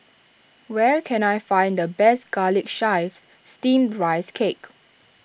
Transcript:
where can I find the best Garlic Chives Steamed Rice Cake